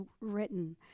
written